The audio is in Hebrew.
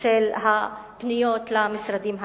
של הפניות למשרדים האלה.